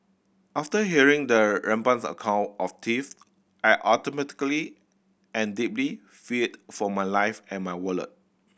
after hearing the rampant's account of I automatically and deeply feared for my life and my wallet